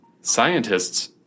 Scientists